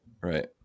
Right